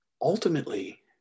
Ultimately